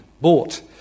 bought